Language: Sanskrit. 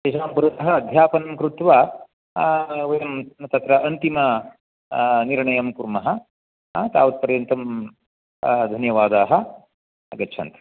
तेषां पुरतः अध्यापनं कृत्वा आं वयं तत्र अन्तिम निर्णयं कुर्मः तावत् पर्यन्तं धन्यवादाः आगच्छन्तु